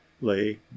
lay